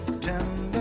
tender